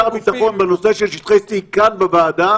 הביטחון בנושא של שטחי C כאן בוועדה